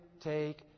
take